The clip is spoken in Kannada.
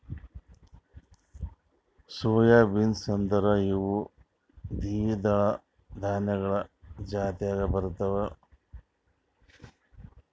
ಸೊಯ್ ಬೀನ್ಸ್ ಅಂದುರ್ ಇವು ದ್ವಿದಳ ಧಾನ್ಯಗೊಳ್ ಜಾತಿದಾಗ್ ಬರ್ತಾವ್